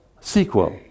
sequel